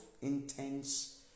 intense